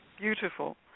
Beautiful